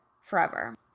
forever